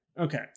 Okay